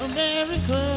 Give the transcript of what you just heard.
America